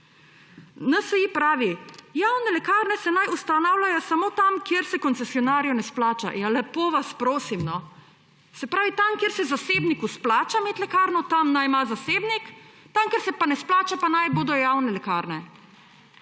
NSi pravi, javne lekarne se naj ustanavljajo samo tam, kjer se koncesionarju ne splača. Ja, lepo vas prosim! Se pravi, tam, kje se zasebniku splača imeti lekarno, tam naj ima zasebnik, tam, kje se pa ne splača, pa naj bodo javne lekarne.